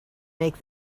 make